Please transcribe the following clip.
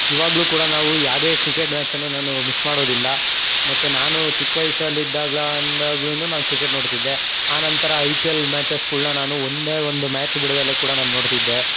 ಇವಾಗಲೂ ಕೂಡ ನಾವು ಯಾವ್ದೇ ಕ್ರಿಕೆಟ್ ಮ್ಯಾಚನ್ನೂ ನಾನು ಮಿಸ್ ಮಾಡೋದಿಲ್ಲ ಮತ್ತು ನಾನು ಚಿಕ್ಕ ವಯ್ಸಲ್ಲಿದ್ದಾಗ್ಲಂದಾಗ್ಲೂ ನಾನು ಕ್ರಿಕೆಟ್ ನೋಡ್ತಿದ್ದೆ ಆನಂತರ ಐ ಪಿ ಎಲ್ ಮ್ಯಾಚಸ್ಗಳ್ನ ನಾನು ಒಂದೇ ಒಂದು ಮ್ಯಾಚ್ ಬಿಡ್ದೆ ಕೂಡ ನಾನು ನೋಡ್ತಿದ್ದೆ